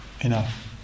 enough